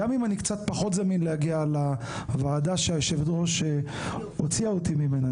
גם אם אני קצת פחות זמין להגיע לוועדה שיושבת הראש הוציאה אותי ממנה,